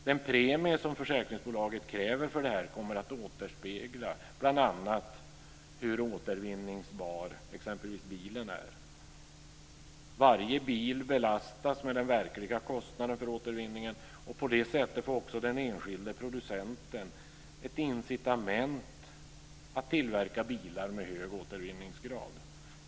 Den premie som försäkringsbolaget kräver för det här kommer att återspegla bl.a. hur återvinningsbar exempelvis bilen är. Varje bil belastas med den verkliga kostnaden för återvinningen och på det sättet får också den enskilde producenten ett incitament att tillverka bilar med hög återvinningsgrad.